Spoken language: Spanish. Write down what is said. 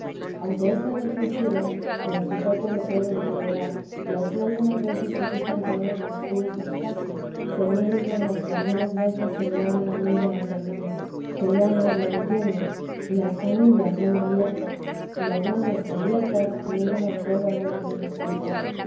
aunque es tan excesivo que el sujeto le puede mal llevar y ansí algunas veces se quitan todos los pulsos casi según dicen las que algunas veces se llegan a mí de las hermanas que ya más lo enteresa be jesús tienden y las canillas muy abiertas y las manos tan yertas que yo no las puedo algunas veces juntar